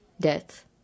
Death